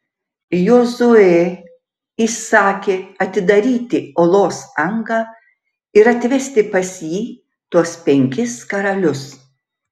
jozuė įsakė atidaryti olos angą ir atvesti pas jį tuos penkis karalius